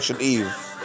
eve